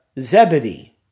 Zebedee